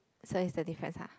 so is the difference ah